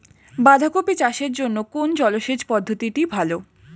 বাঁধাকপি চাষের জন্য কোন জলসেচ পদ্ধতিটি ভালো?